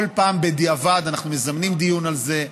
כל פעם בדיעבד אנחנו מזמנים דיון על זה,